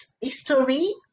history